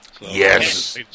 Yes